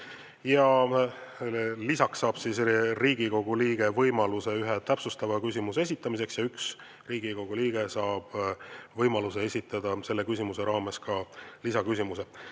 Lisaks saab Riigikogu liige võimaluse ühe täpsustava küsimuse esitamiseks ja üks Riigikogu liige saab võimaluse esitada selle küsimuse raames ka lisaküsimus.